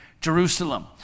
Jerusalem